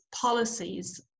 policies